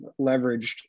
leveraged